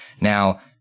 Now